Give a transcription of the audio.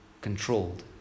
Controlled